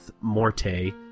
Morte